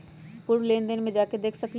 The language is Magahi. पूर्व लेन देन में जाके देखसकली ह?